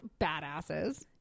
badasses